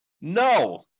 No